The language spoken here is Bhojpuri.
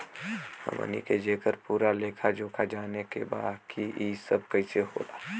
हमनी के जेकर पूरा लेखा जोखा जाने के बा की ई सब कैसे होला?